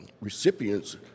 Recipients